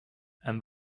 and